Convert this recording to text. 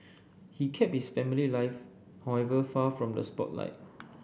he kept his family life however far from the spotlight